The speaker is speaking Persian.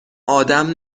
آدم